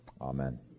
Amen